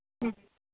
ഉം